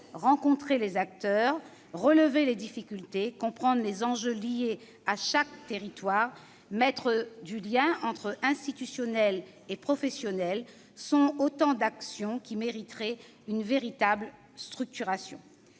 rencontrer les acteurs, relever les difficultés, comprendre les enjeux liés à chaque territoire, mettre du lien entre institutions et professionnels sont autant d'actions qui mériteraient une véritable structuration.